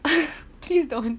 please don't